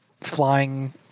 flying